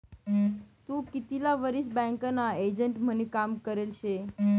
तू कितला वरीस बँकना एजंट म्हनीन काम करेल शे?